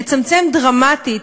לצמצם דרמטית,